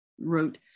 wrote